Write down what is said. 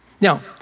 Now